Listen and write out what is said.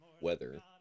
weather